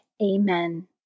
Amen